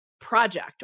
project